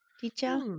teacher